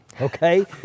okay